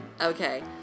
Okay